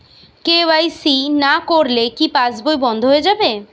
KYC না করলে কি পাশবই বন্ধ হয়ে যাবে?